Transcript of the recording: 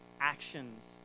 actions